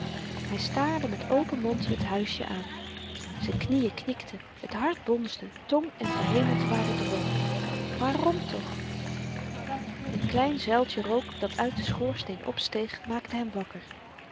hy staarde met open mond het huisjen aan z'n knieën knikten t hart bonsde tong en verhemelte waren droog waarom toch een klein zuiltje rook dat uit den schoorsteen opsteeg maakte hem wakker